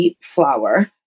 flour